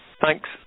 Thanks